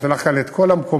אני נותן לך כאן את כל המקומות.